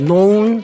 Known